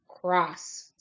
Cross